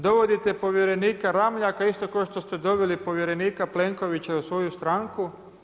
Dovodite povjerenika Ramljaka isto kao što ste doveli povjerenika Plenkovića u svoju stranku.